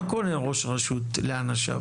מה קונה ראש רשות לאנשיו,